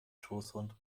schoßhund